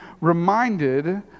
reminded